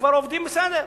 שכבר עובדים בסדר.